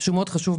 הוא מאוד חשוב.